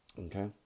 Okay